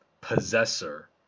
possessor